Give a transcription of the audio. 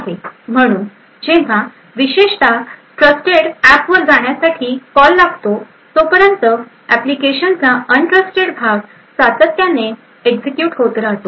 म्हणून जेव्हा विशेषत ट्रस्टेड अॅपवर जाण्यासाठी कॉल लागतो तोपर्यंत एप्लीकेशनचा अन्ट्रस्टेड भाग सातत्याने एक्झिक्युट होत राहतो